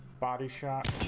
body shop